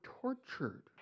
tortured